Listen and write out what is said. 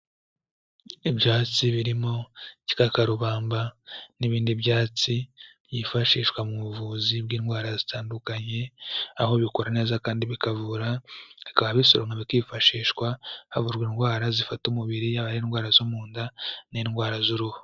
Ibyatsi birimo igikakarubamba n'ibindi byatsi byifashishwa mu buvuzi bw'indwara zitandukanye, aho bikora neza kandi bikavura bikaba bisoromwa bikifashishwa havurwa indwara zifata umubiri, yaba indwara zo mu nda n'indwara z'uruhu.